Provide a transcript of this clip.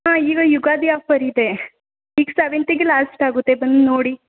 ಹಾಂ ಈಗ ಯುಗಾದಿ ಆಫರ್ ಇದೆ ಈಗ ಸೆವೆಂತಿಗೆ ಲಾಸ್ಟ್ ಆಗುತ್ತೆ ಬಂದು ನೋಡಿ